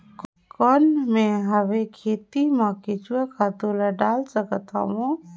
कौन मैं हवे खेती मा केचुआ खातु ला डाल सकत हवो?